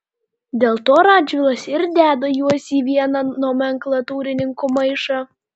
dėl to radžvilas ir deda juos į vieną nomenklatūrininkų maišą